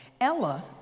Ella